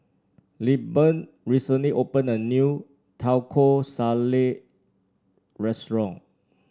Lilburn recently opened a new Taco Salad restaurant